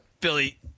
Billy